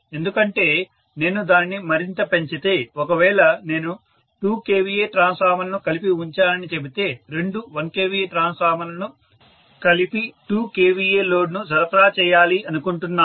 ఎందుకంటే నేను దానిని మరింత పెంచితే ఒకవేళ నేను 2 kVA ట్రాన్స్ఫార్మర్లను కలిపి ఉంచానని చెబితే రెండు 1 kVA ట్రాన్స్ఫార్మర్లను కలిపి 2 kVA లోడ్ను సరఫరా చేయాలి అనుకుంటున్నాను